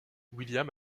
william